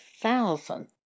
thousand